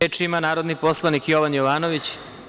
Reč ima narodni poslanik Jovan Jovanović.